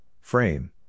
Frame